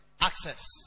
Access